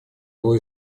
его